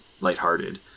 lighthearted